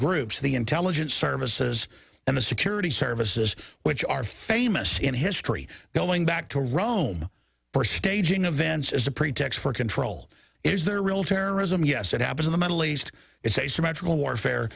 groups the intelligence services and the security services which are famous in history going back to rome for staging events as a pretext for control is their real terrorism yes it happens in the middle east it's a